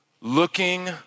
looking